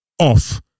off